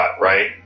right